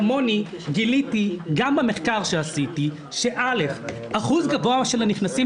גיליתי גם במחקר שעשיתי שכמוני אחוז גבוה של הנכנסים